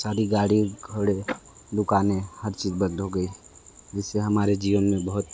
सारी गाड़ी घोड़े दुकानें हर चीज बंद हो गई जिससे हमारे जीवन मे बहुत